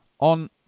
On